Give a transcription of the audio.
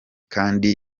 kandi